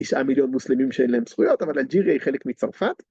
‫9 מיליון מוסלמים שאין להם זכויות, ‫אבל אלג'יריה היא חלק מצרפת.